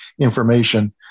information